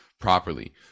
properly